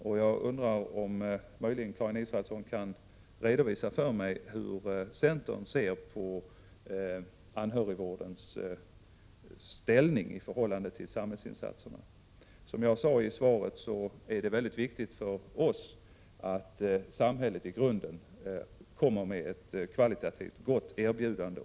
Kan Karin Israelsson möjligen redovisa för mig hur centern ser på anhörigvårdens ställning i förhållande till samhällsinsatserna? Som jag sade i mitt svar, är det för oss mycket viktigt att samhället i grunden kan erbjuda en kvalitativt mycket god vård.